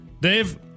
Dave